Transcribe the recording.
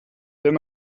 wenn